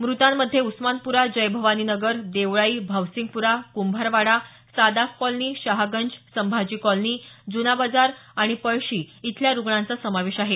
मृतांमध्ये उस्मानप्रा Jai Bhavani Nagar Devlai Bhavsingpura Kumbharwada Sadaf colony Shahaganj Sambhaji colony Juna Bazar आणि पळशी इथल्या रुग्णांचा समावेश आहे